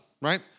right